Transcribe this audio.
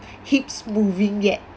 hips moving yet